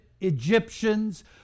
Egyptians